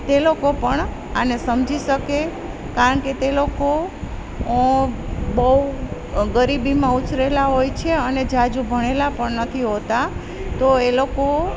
તે લોકો પણ આને સમજી શકે કારણ કે તે લોકો બહુ ગરીબીમાં ઉછરેલા હોય છે અને ઝાઝું ભણેલા પણ નથી હોતા તો એ લોકો